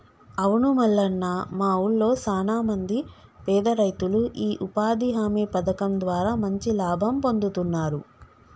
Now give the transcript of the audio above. అవును మల్లన్న మా ఊళ్లో సాన మంది పేద రైతులు ఈ ఉపాధి హామీ పథకం ద్వారా మంచి లాభం పొందుతున్నారు